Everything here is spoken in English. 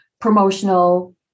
promotional